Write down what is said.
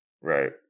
Right